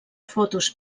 fotos